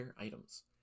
items